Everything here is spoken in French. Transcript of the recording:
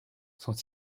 sont